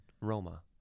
roma